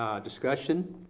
ah discussion.